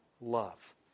love